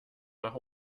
nach